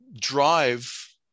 drive